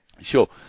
Sure